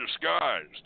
disguised